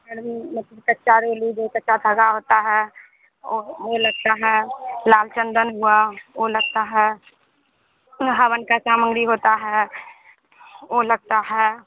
मतलब कच्चा रोली दो कच्चा धागा होता हैं और वो लगता है लाल चंदन हुआ ओ लगता है फिर हवन का सामग्री होता हैं ओ लगता हैं